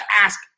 ask